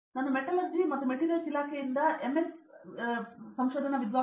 ನಾನು ಮೆಟಲರ್ಜಿ ಮತ್ತು ಮೆಟೀರಿಯಲ್ಸ್ ಇಲಾಖೆಯಿಂದ ಎಂಎಸ್ ಸಂಶೋಧನಾ ವಿದ್ವಾಂಸ